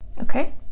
Okay